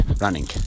running